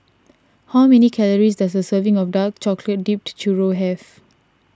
how many calories does a serving of Dark Chocolate Dipped Churro have